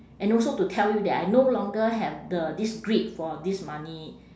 and also to tell you that I no longer have the this greed for this money